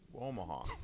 Omaha